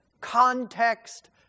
context